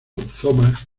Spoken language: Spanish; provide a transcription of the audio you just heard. thomas